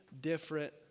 different